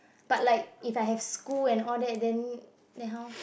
but like if I have school and all that then then how